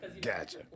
gotcha